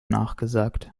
nachgesagt